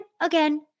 again